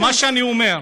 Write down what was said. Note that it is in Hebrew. מה שאני אומר,